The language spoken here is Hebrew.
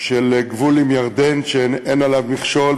של גבול עם ירדן שאין עליו מכשול,